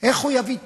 איך הוא יביא תועלת?